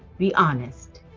be honest,